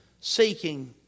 seeking